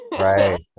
right